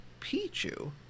Pichu